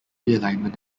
realignment